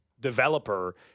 developer